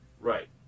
Right